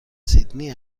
سیدنی